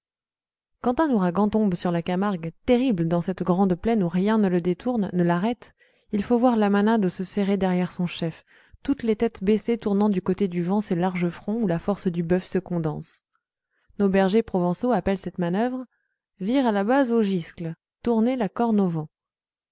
quand un ouragan tombe sur la camargue terrible dans cette grande plaine où rien ne le détourne ne l'arrête il faut voir la manado se serrer derrière son chef toutes les têtes baissées tournant du côté du vent ces larges fronts où la force du bœuf se condense nos bergers provençaux appellent cette manœuvre vira la bano au giscle tourner la corne au vent